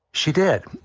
she did.